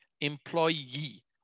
employee